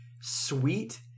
sweet